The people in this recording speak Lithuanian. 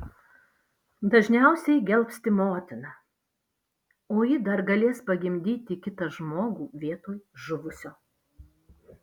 dažniausiai gelbsti motiną o ji dar galės pagimdyti kitą žmogų vietoj žuvusio